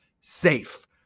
safe